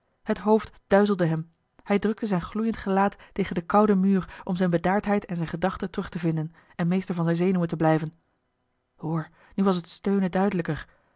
het hoofd duizelde hem hij drukte zijn gloeiend gelaat tegen den kouden muur om zijne bedaardheid en zijne gedachten terug te vinden en meester van zijne zenuwen te blijven hoor nu was het steunen duidelijker